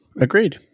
agreed